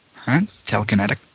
telekinetic